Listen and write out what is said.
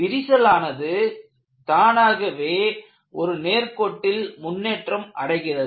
விரிசலானது தானாகவே ஒரு நேர்கோட்டில் முன்னேற்றம் அடைகிறது